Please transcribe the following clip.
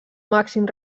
màxim